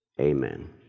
Amen